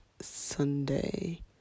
Sunday